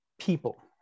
people